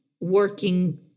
working